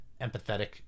empathetic